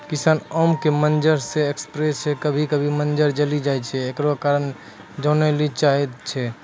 किसान आम के मंजर जे स्प्रे छैय कभी कभी मंजर जली जाय छैय, एकरो कारण जाने ली चाहेय छैय?